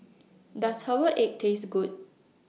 Does Herbal Egg Taste Good